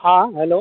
हाँ हेलो